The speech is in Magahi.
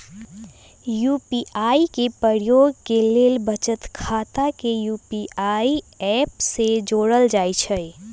यू.पी.आई के प्रयोग के लेल बचत खता के यू.पी.आई ऐप से जोड़ल जाइ छइ